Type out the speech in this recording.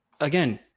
again